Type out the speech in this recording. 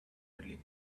medaling